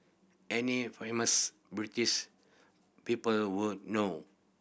any famous British people would know